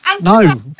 No